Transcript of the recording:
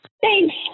Thanks